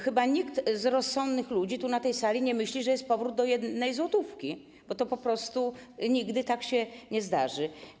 Chyba nikt z rozsądnych ludzi tu, na tej sali, nie myśli, że jest powrót do 1 zł, bo to po prostu nigdy się nie zdarzy.